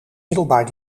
middelbaar